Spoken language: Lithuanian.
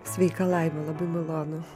sveika laima labai malonu